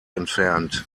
entfernt